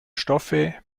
stoffe